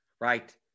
right